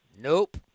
Nope